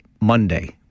Monday